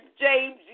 James